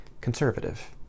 conservative